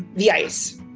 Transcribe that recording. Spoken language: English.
the ice.